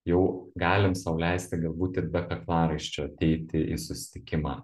jau galim sau leisti galbūt ir be kaklaraiščio ateiti į susitikimą